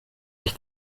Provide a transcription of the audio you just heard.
ich